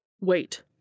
Wait